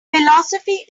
philosophy